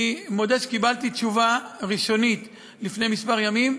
אני מודה שקיבלתי תשובה ראשונית לפני כמה ימים.